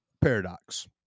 paradox